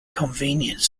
convenience